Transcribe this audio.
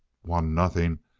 won nothing.